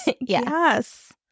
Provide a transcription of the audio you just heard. Yes